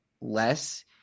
less